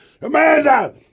Amanda